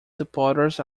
supporters